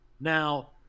Now